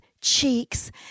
cheeks